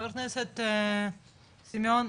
חה"כ סימון.